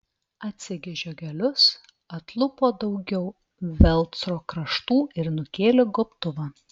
atsegė žiogelius atlupo daugiau velcro kraštų ir nukėlė gobtuvą